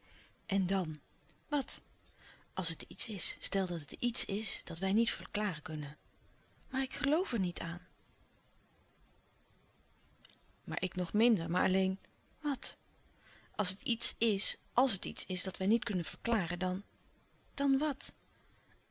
en dan wat als het iets is stel dat het iets is dat wij niet verklaren kunnen maar ik geloof er niet aan maar ik nog minder maar alleen wat als het iets is àls het iets is dat wij niet kunnen verklaren dan dan wat